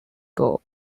goal